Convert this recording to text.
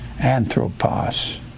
Anthropos